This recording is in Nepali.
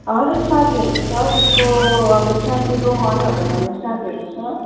हजुर साथीहरू त छ उसको अब साथी रोहनहरू भन्ने साथीहरू छ